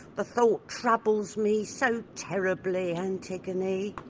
the thought troubles me so terribly, antigone